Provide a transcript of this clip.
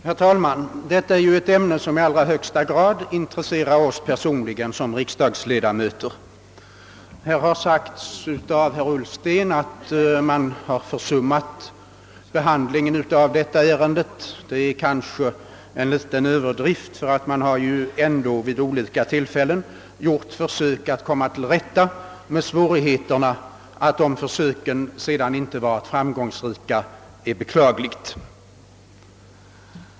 Herr talman! Detta är ju ett ämne som i allra högsta grad intresserar oss personligen som = riksdagsledamöter. Herr Ullsten har här sagt att man har försummat behandlingen av ärendet. Det är kanske en liten överdrift, ty man har ändå vid olika tillfällen gjort försök att komma till rätta med svårigheterna. Att dessa försök sedan inte varit framgångsrika är beklagligt.